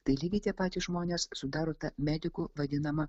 tai lygiai tie patys žmonės sudaro tą medikų vadinamą